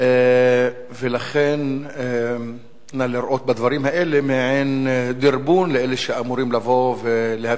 ולכן נא לראות בדברים האלה מעין דרבון לאלה שאמורים לבוא ולהצביע,